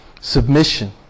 Submission